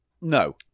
No